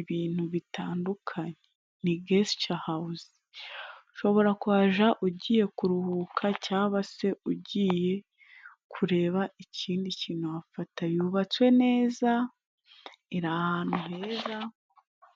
ibintu bitandukanye ni gesicahawuzi ,ushobora kuhaja ugiye kuruhuka caba se ugiye kureba ikindi kintu wafatayo, yubatswe neza iri ahantu heza.